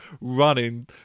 running